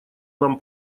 нам